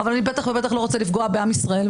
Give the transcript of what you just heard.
אבל בטח ובטח אני לא רוצה לפגוע בעם ישראל,